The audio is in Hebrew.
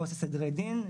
עו"ס לסדרי דין,